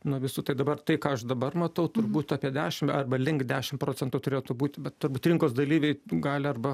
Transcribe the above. nuo visų tai dabar tai ką aš dabar matau turbūt apie dešim arba link dešim procentų turėtų būti bet turbūt rinkos dalyviai gali arba